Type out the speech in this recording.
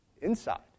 Inside